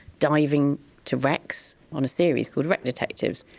diving to wrecks on a series called wreck detectives.